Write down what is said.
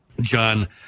John